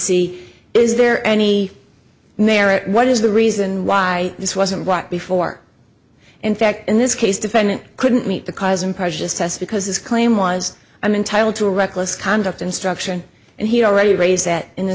see is there any merit what is the reason why this wasn't what before in fact in this case defendant couldn't meet the cause and prejudice test because his claim was i'm entitled to a reckless conduct instruction and he already raised that in th